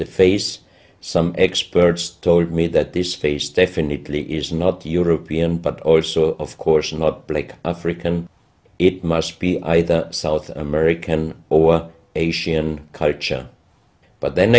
the face some experts told me that this face definitely is not the european but or so of course not plague african it must be either south american or asian culture but then